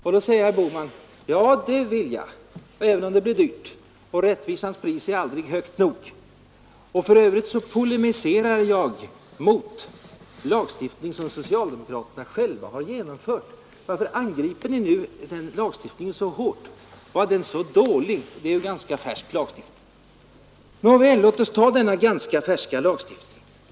Och då säger herr Bohman: Ja, det vill jag, även om det blir dyrt, rättvisans pris är aldrig högt nog. Och för övrigt polemiserar jag, säger herr Bohman, mot den lagstiftning som socialdemokraterna själva har genomfört: Varför angriper ni nu den lagstiftningen så hårt? Var den så dålig, det är ju en ganska färsk lagstiftning? Nåväl, låt oss ta denna ganska färska lagstiftning som utgångspunkt.